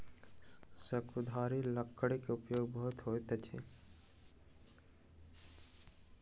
शंकुधारी लकड़ी के उपयोग बहुत होइत अछि